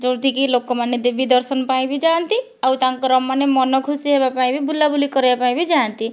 ଯେଉଁଠିକି ଲୋକମାନେ ଦେବୀ ଦର୍ଶନ ପାଇଁ ବି ଯାଆନ୍ତି ଆଉ ତାଙ୍କର ମାନେ ମନ ଖୁସି ହେବା ପାଇଁ ବି ବୁଲାବୁଲି କରିବା ପାଇଁ ବି ଯାଆନ୍ତି